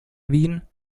wien